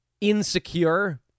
insecure